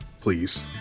please